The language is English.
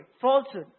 falsehood